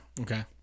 Okay